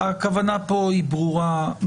הכוונה פה היא ברורה.